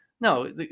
No